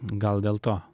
gal dėl to